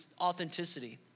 authenticity